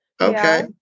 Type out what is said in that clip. okay